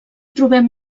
trobem